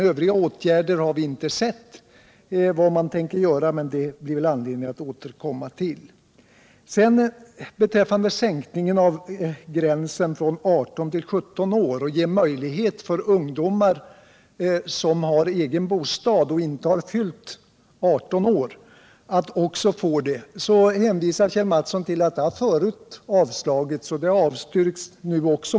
Övriga åtgärder har vi alltså inte sett ännu, men det blir väl anledning att återkomma till dem. Beträffande vårt förslag att sänka åldersgränsen för ungdomar med egen bostad från 18 till 17 år vad gäller möjligheten att få bostadsbidrag, så hänvisar Kjell Mattsson till att samma förslag har avslagits förut — och man avstyrker det nu också.